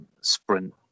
sprint